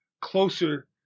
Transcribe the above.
closer